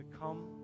come